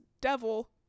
Devil